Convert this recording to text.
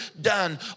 done